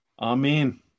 Amen